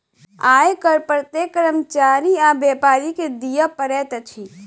आय कर प्रत्येक कर्मचारी आ व्यापारी के दिअ पड़ैत अछि